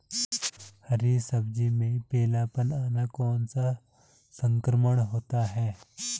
हरी सब्जी में पीलापन आना कौन सा संक्रमण होता है?